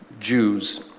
jews